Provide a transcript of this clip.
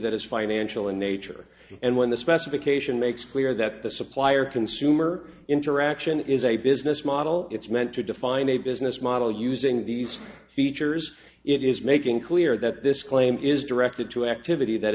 that is financial in nature and when the specification makes clear that the supplier consumer interaction is a business model it's meant to define a business model using these features it is making clear that this claim is directed to activity